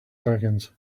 seconds